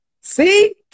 See